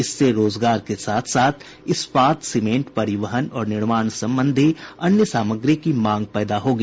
इससे रोजगार के साथ साथ इस्पात सीमेंट परिवहन और निर्माण संबंधी अन्य सामग्री की मांग पैदा होगी